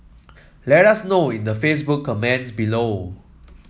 let us know in the Facebook comments below